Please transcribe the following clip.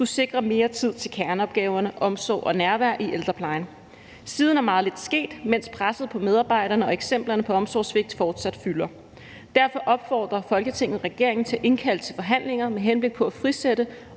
skulle sikre mere tid til kerneopgaverne, omsorg og nærvær i ældreplejen. Siden er meget lidt sket, mens presset på medarbejderne og eksemplerne på omsorgssvigt fortsat fylder. Derfor opfordrer Folketinget regeringen til at indkalde til forhandlinger med henblik på at frisætte